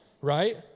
right